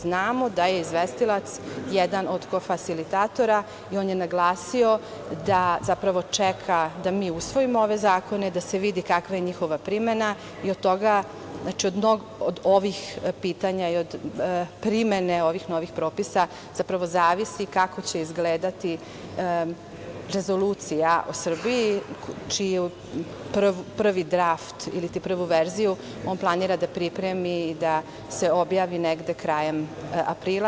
Znamo da je izvestilac jedan od kofasilitatora i on je naglasio da zapravo čeka da mi usvojimo ove zakone, da se vidi kakva je njihova primena i od ovih pitanja i od primene ovih novih propisa zapravo zavisi kako će izgledati rezolucija o Srbiji, čiji prvu verziju planira da pripremi da se objavi negde krajem aprila.